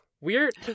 Weird